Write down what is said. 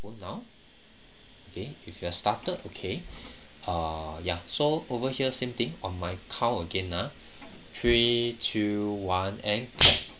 now okay if you've started okay uh ya so over here same thing on my count again ah three two one and clap